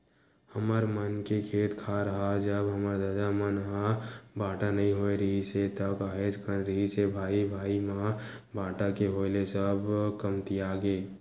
हमर मन के खेत खार ह जब हमर ददा मन ह बाटा नइ होय रिहिस हे ता काहेच कन रिहिस हे भाई भाई म बाटा के होय ले सब कमतियागे